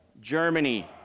Germany